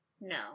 No